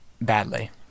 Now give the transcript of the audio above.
badly